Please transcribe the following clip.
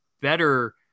better